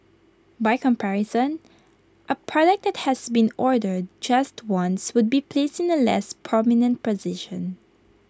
by comparison A product that has been ordered just once would be placed in A less prominent position